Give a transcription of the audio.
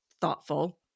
thoughtful